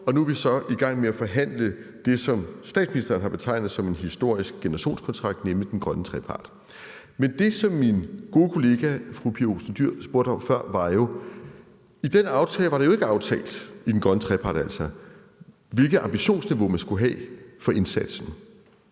og nu er vi så i gang med at forhandle det, som statsministeren har betegnet som en historisk generationskontrakt, nemlig den grønne trepart. Men det, som min gode kollega fru Pia Olsen Dyhr spurgte om før, var, at der i den aftale, altså den grønne trepart, jo ikke var aftalt, hvilket ambitionsniveau man skulle have for indsatsen.